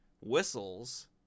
whistles